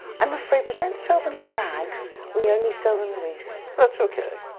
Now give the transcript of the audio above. i'm afraid we don't sell them in bags. we only sell them loose. that's ok.